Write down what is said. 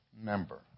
member